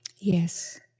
Yes